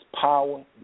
power